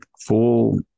full